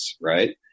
right